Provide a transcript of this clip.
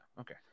Okay